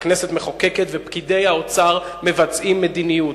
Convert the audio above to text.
הכנסת מחוקקת ופקידי האוצר מבצעים מדיניות.